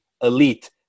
elite